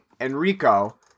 Enrico